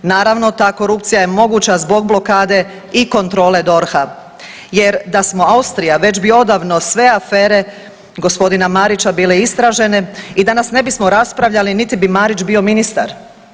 Naravno, ta korupcija je moguća zbog blokade i kontrole DORH-a, jer da smo Austrija već bi odavno sve afere gospodina Marića bile istražene i danas ne bismo raspravljali, niti bi Marić bio ministar.